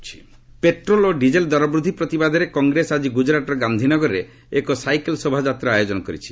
Gujarat assembly petrol ଓ diesel ଦରବୃଦ୍ଧି ପ୍ରତିବାଦରେ କଂଗ୍ରେସ ଆଜି ଗୁଜରାଟ୍ର ଗାନ୍ଧି ନଗରରେ ଏକ ସାଇକେଲ୍ ଶୋଭାଯାତ୍ରାର ଆୟୋଜନ କରିଛି